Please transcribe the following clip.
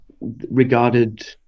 regarded